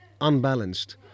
unbalanced